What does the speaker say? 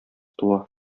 туа